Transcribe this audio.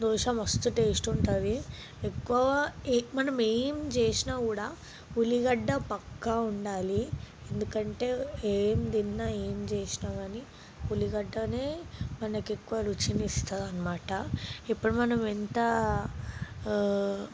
దోశ మస్తు టేస్ట్ ఉంటుంది ఎక్కువ మనం ఏం చేసినా కూడా ఉల్లిగడ్డ ప్రక్కా ఉండాలి ఎందుకంటే ఏం తిన్నా ఏం చేసినా కానీ ఉల్లిగడ్డనే మనకు ఎక్కువ రుచిని ఇస్తుందన్నమాట ఇప్పుడు మనం ఎంత